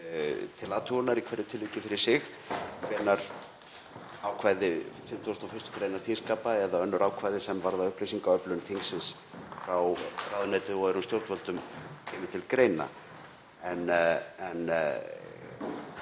til athugunar í hverju tilviki fyrir sig hvenær ákvæði 51. gr. þingskapa eða önnur ákvæði sem varða upplýsingaöflun þingsins frá ráðuneyti og öðrum stjórnvöldum kemur til greina. En